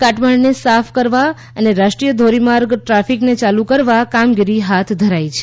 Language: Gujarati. કાટમાળને સાફ કરવા અને રાષ્ટ્રીય ધોરીમાર્ગ ટ્રાફિકને યાલુ કરવા કામગીરી હાથ ધરાઇ છે